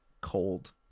cold